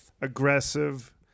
aggressive